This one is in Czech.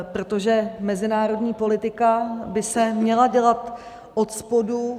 Protože mezinárodní politika by se měla dělat odspodu.